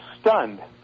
stunned